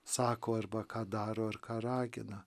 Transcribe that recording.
sako arba ką daro ar ką ragina